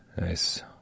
nice